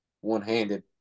one-handed